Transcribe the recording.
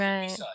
Right